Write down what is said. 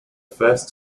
first